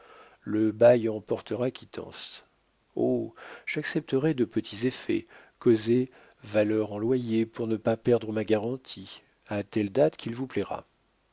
le bail en portera quittance oh j'accepterai de petits effets causés valeur en loyers pour ne pas perdre ma garantie à telle date qu'il vous plaira